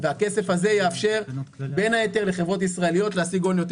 והכסף הזה יאפשר בין היתר לחברות ישראליות להשיג הון יותר